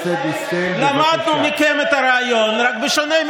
רע"מ היא שותפה כשרה בקואליציה וזה נכון לעשות את זה.